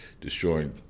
destroying